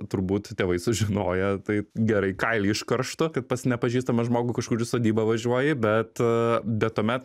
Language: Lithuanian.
turbūt tėvai sužinoję tai gerai kailį iškarštų kad pas nepažįstamą žmogų kažkur į sodybą važiuoji bet bet tuomet